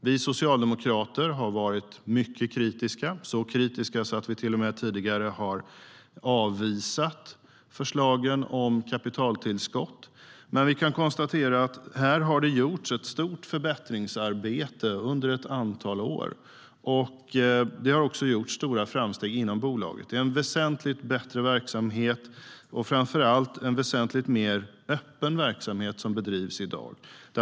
Vi socialdemokrater har varit mycket kritiska - så kritiska att vi till och med tidigare har avvisat förslagen om kapitaltillskott. Men vi kan konstatera att det har gjorts ett stort förbättringsarbete under ett antal år och att det har gjorts stora framsteg inom bolaget. Det är en väsentligt bättre verksamhet och framför allt en väsentligt mer öppen verksamhet som bedrivs i dag.